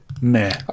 Meh